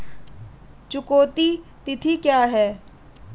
चुकौती तिथि क्या है?